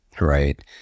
right